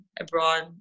abroad